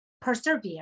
persevere